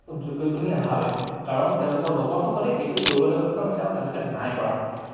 যোগ্য বুলি নাভাবে কাৰণ তেওঁলোকৰ লগৰ সকলেএইটো কৰিবলৈ সক্ষম হৈছে আৰু তেওঁলোকে নাই পৰা